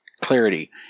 clarity